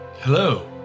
Hello